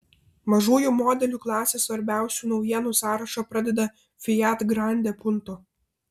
mažųjų modelių klasės svarbiausių naujienų sąrašą pradeda fiat grande punto